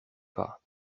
pas